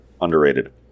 underrated